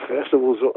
festivals